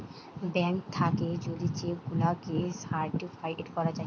bank থাকে যদি cheque গুলাকে সার্টিফাইড করা যায়